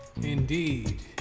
Indeed